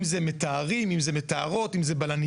אם זה מטהרים אם זה מטהרות, אם זה בלניות.